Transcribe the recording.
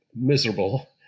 miserable